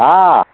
ହଁ